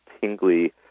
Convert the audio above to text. Tingly